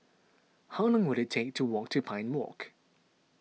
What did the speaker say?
how long will it take to walk to Pine Walk